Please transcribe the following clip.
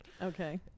Okay